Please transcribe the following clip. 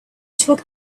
took